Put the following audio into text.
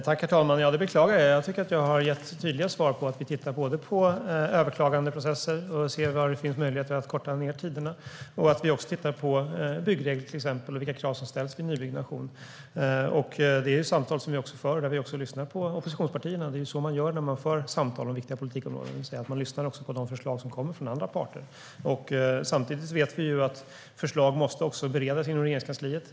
Herr talman! Det beklagar jag. Jag tycker att jag har gett tydliga svar om att vi tittar både på överklagandeprocesser och ser var det finns möjligheter att korta ned tiderna och på till exempel byggregler och vilka krav som ställs vid nybyggnation. Det är samtal som vi för där vi också lyssnar på oppositionspartierna. Det är så man gör när man för samtal om viktiga politikområden, det vill säga att man också lyssnar på de förslag som kommer från andra parter. Samtidigt vet vi att förslag måste beredas inom Regeringskansliet.